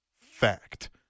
fact